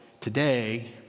today